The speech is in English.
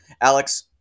Alex